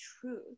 truth